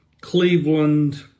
Cleveland